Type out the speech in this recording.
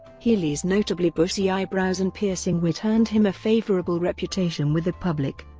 healey's notably bushy eyebrows and piercing wit earned him a favourable reputation with the public.